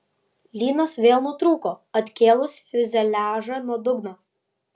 lynas vėl nutrūko atkėlus fiuzeliažą nuo dugno